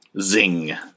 Zing